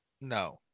No